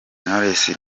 knowles